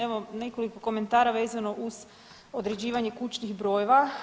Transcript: Evo nekoliko komentara vezano uz određivanje kućnih brojeva.